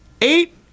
eight